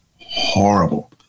horrible